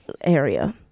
area